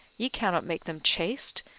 ye cannot make them chaste,